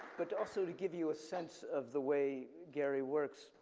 but also to give you a sense of the way gerry works,